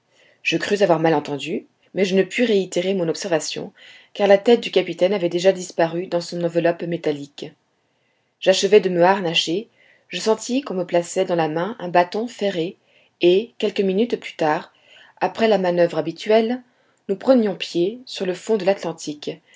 je crus avoir mal entendu mais je ne pus réitérer mon observation car la tête du capitaine avait déjà disparu dans son enveloppe métallique j'achevai de me harnacher je sentis qu'on me plaçait dans la main un bâton ferré et quelques minutes plus tard après la manoeuvre habituelle nous prenions pied sur le fond de l'atlantique